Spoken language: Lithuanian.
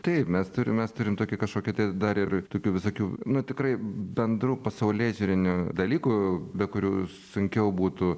taip mes turim mes turim tokį kažkokį tai dar ir tokių visokių nu tikrai bendrų pasaulėžiūrinių dalykų be kurių sunkiau būtų